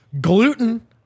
Gluten